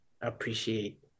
Appreciate